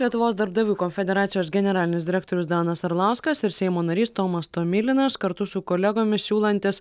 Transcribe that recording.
lietuvos darbdavių konfederacijos generalinis direktorius danas arlauskas ir seimo narys tomas tomilinas kartu su kolegomis siūlantis